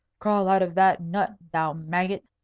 crawl out of that nut, thou maggot,